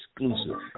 Exclusive